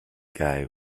guy